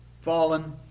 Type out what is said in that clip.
fallen